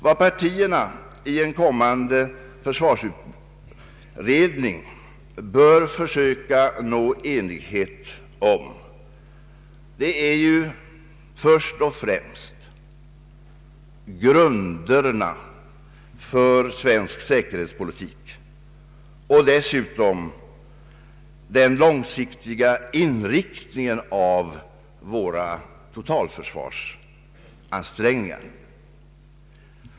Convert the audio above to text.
Vad partierna i en kommande försvarsutredning bör söka nå enighet om är grunderna för svensk säkerhetspolitik och dessutom den långsiktiga inriktningen av våra totalförsvarsansträngningar.